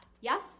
Yes